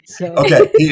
Okay